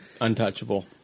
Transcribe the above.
Untouchable